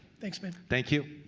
thanks man. thank you.